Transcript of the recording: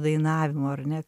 dainavimo ar ne